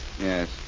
yes